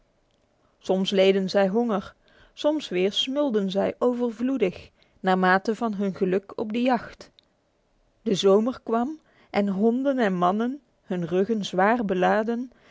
soms leden zij honger soms weer smulden zij overvloedig naarmate van hun geluk op de jacht de zomer kwam en honden en mannen hun ruggen zwaar beladen